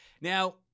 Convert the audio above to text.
Now